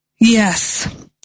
Yes